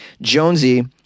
Jonesy